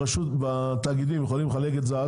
לרשות בתאגידים יכולים לחלק את זה,